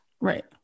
Right